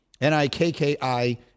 N-I-K-K-I